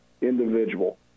individual